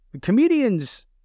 comedians